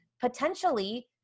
potentially